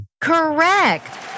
Correct